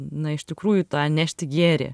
na iš tikrųjų tą nešti gėrį